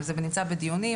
זה נמצא בדיונים,